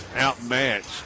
outmatched